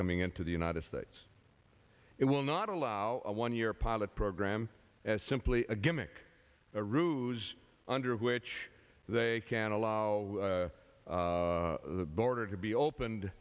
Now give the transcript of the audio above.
coming into the united states it will not allow a one year pilot program as simply a gimmick a ruse under which they can allow the border to be opened